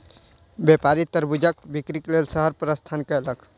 व्यापारी तरबूजक बिक्री लेल शहर प्रस्थान कयलक